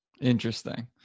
Interesting